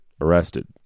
arrested